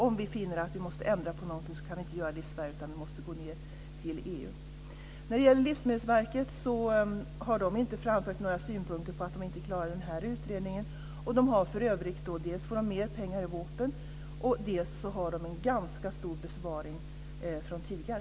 Om vi finner att vi måste ändra på något kan vi inte göra det i Sverige utan vi måste gå ned till EU. Livsmedelsverket har inte framfört några synpunkter om att verket inte klarar utredningen. Dels får verket mer pengar i VÅP:en, dels har verket en ganska stor besparing från tidigare.